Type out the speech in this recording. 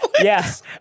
Yes